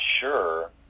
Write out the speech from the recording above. sure